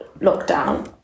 lockdown